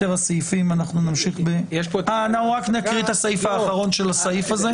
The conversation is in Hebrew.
רק נקרא את הסעיף האחרון של הסעיף הזה.